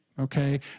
Okay